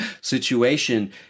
situation